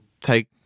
take